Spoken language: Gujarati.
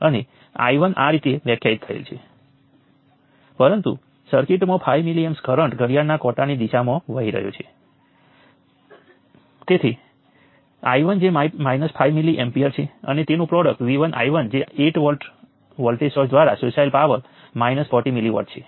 તેથી અહીં આ લીલી સપાટીને છોડતા કરંટોનો સરવાળો દેખીતી રીતે વાદળી સપાટીમાં પ્રવેશતા કરંટોના સરવાળા જેટલો છે કારણ કે વાદળી સપાટી બાકીના સર્કિટને આવરી લે છે